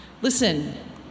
Listen